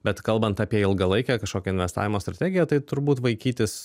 bet kalbant apie ilgalaikę kažkokią investavimo strategiją tai turbūt vaikytis